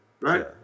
right